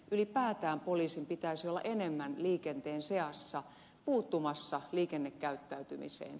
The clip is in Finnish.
ylipäätään poliisin pitäisi olla enemmän liikenteen seassa puuttumassa liikennekäyttäytymiseen